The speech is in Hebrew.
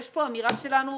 יש כאן אמירה שלנו,